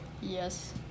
Yes